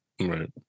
Right